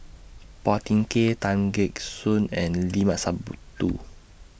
Phua Thin Kiay Tan Gek Suan and Limat Sabtu